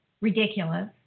ridiculous